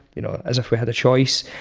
you know, as if we had a choice.